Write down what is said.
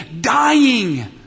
dying